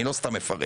אני לא סתם מפרט